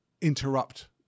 interrupt